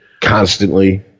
constantly